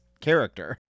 character